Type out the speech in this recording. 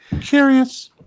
curious